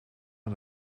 een